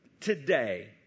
today